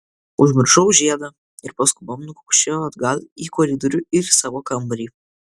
užmiršau žiedą ir paskubom nukaukšėjo atgal į koridorių ir į savo kambarį